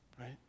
right